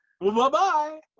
Bye-bye